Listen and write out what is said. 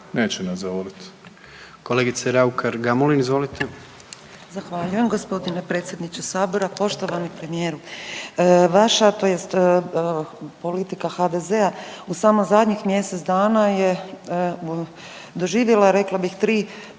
neće nas zavolit.